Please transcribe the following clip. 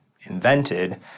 invented